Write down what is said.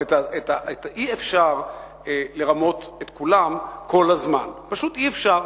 אבל אי-אפשר לרמות את כולם כל הזמן, פשוט אי-אפשר,